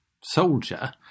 soldier